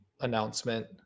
announcement